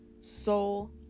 soul